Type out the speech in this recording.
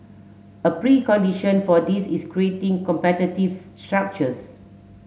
a precondition for this is creating competitive structures